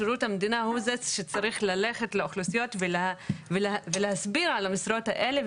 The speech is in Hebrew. שירות המדינה הוא זה שצריך ללכת לאוכלוסיות ולהסביר על המשרות האלה.